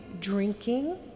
drinking